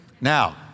Now